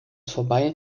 vorbei